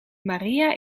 maria